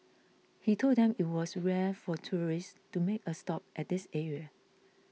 he told them it was rare for tourists to make a stop at this area